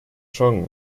song